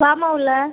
வாம்மா உள்ளே